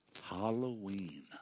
Halloween